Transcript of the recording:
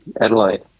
Adelaide